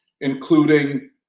including